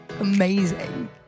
Amazing